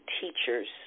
teachers